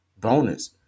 bonus